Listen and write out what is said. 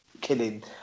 killing